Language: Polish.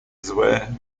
złe